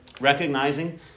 recognizing